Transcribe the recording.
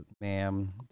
ma'am